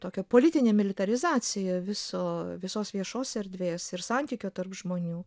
tokia politinė militarizacija viso visos viešos erdvės ir santykio tarp žmonių